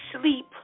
sleep